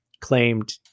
claimed